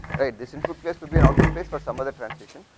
right this input place could be output place for some other transition,